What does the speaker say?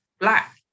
Black